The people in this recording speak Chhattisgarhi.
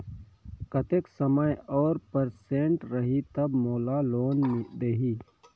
कतेक समय और परसेंट रही तब मोला लोन देही?